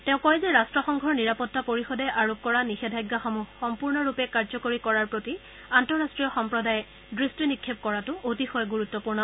তেওঁ কয় যে ৰট্টসংঘৰ নিৰাপত্তা পৰিষদে আৰোপ কৰা নিষেধাজ্ঞাসমূহ সম্পূৰ্ণৰূপে কাৰ্যকৰী কৰাৰ প্ৰতি আন্তঃৰাষ্ট্ৰীয় সম্প্ৰদায়ে দৃষ্টি নিক্ষেপ কৰাটো অতিশয় গুৰুত্বপূৰ্ণ